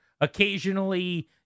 occasionally